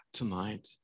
tonight